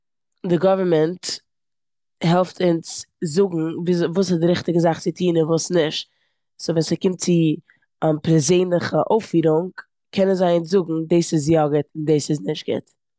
די גאווערנמענט העלפט אונז זאגן וואס איז די ריכטיגע זאך צו טון און וואס נישט. סאו ווען ס'קומט צו פערזענליכע אויפפירונג קענען זיי אונז זאגן דאס איז יא גוט און דאס איז נישט גוט.